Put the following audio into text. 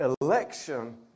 election